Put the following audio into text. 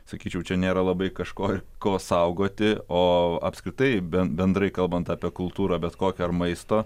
sakyčiau čia nėra labai kažko ir ko saugoti o apskritai bent bendrai kalbant apie kultūrą bet kokią ar maisto